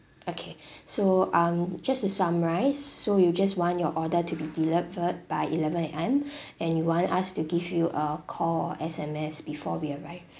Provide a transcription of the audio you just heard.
okay um just to summarise so you just want your order to be delivered by eleven A_M and you want us to give you a call or S_M_S before we arrive